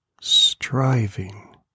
striving